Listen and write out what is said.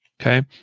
Okay